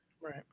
Right